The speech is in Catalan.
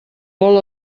vol